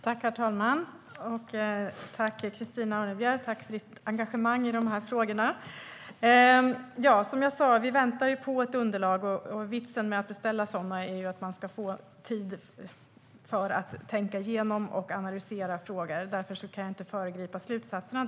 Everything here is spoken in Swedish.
Herr talman! Jag tackar Christina Örnebjär för hennes engagemang i frågorna. Vi väntar på ett underlag. Vitsen med att beställa sådana är att få tid att tänka igenom och analysera frågor. Därför kan jag inte föregripa slutsatserna.